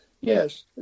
yes